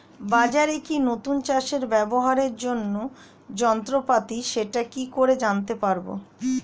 বাজারে কি নতুন চাষে ব্যবহারের জন্য যন্ত্রপাতি সেটা কি করে জানতে পারব?